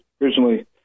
originally